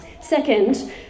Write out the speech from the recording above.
Second